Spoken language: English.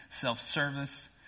self-service